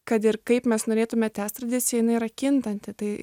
kad ir kaip mes norėtume tęst tradiciją jinai yra kintanti tai